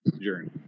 journey